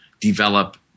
develop